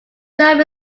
term